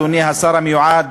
אדוני השר המיועד,